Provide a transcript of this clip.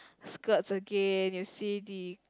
skirts again you see the